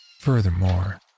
Furthermore